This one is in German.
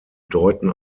deuten